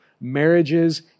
marriages